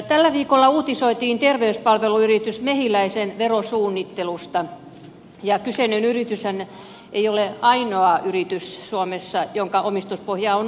tällä viikolla uutisoitiin terveyspalveluyritys mehiläisen verosuunnittelusta ja kyseinen yrityshän ei ole ainoa yritys suomessa jonka omistuspohja on ulkomailla